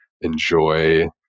enjoy